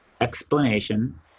explanation